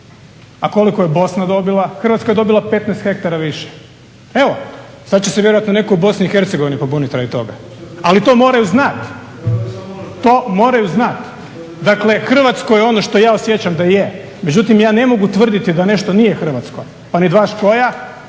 a koliko je Bosna dobila? Hrvatska je dobila 15 hektara više. Evo, sad će se vjerojatno netko u BiH pobuniti radi toga. Ali to moraju znati, to moraju znati. Dakle, hrvatsko je ono što ja osjećam da je, međutim ja ne mogu tvrditi da nešto nije hrvatsko pa ni dva škoja,